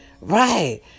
right